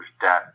death